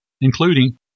including